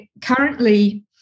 currently